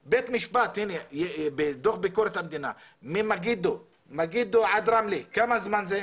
בדוח ביקורת המדינה, ממגידו עד רמלה, כמה זמן זה?